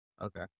Okay